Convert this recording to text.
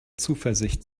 zuversicht